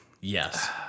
Yes